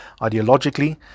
ideologically